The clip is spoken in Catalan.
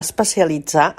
especialitzar